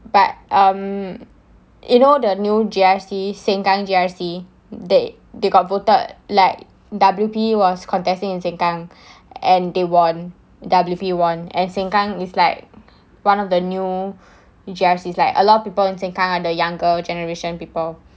but um you know the new G_R_C sengkang G_R_C they they got voted like W_P was contesting in sengkang and they won W_P won and sengkang is like one of the new G_R_C is like a lot of people in sengkang are the younger generation people